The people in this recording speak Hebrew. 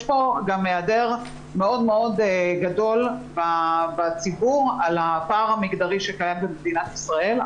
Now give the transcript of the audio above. יש היעדר מידע גדול בציבור על הפער המגדרי שקיים במדינת ישראל.